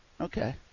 Okay